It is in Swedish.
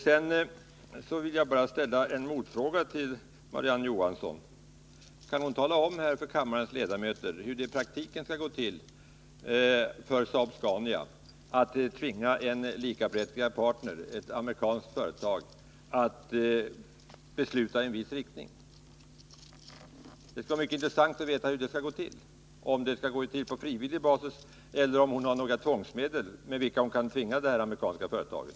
Jag vill ställa en motfråga till Marie-Ann Johansson: Kan Marie-Ann Johansson tala om för kammarens ledamöter hur Saab-Scania i praktiken skall kunna tvinga en likaberättigad partner, ett amerikanskt företag, att besluta i en viss riktning? Det skulle vara mycket intressant att få veta hur det skulle gå till. Skall det ske på frivillig basis, eller känner Marie-Ann Johansson till några tvångsmedel med vilka man kan tvinga det amerikanska företaget?